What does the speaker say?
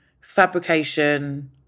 fabrication